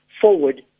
forward